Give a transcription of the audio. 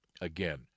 Again